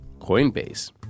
Coinbase